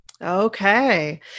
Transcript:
Okay